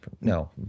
no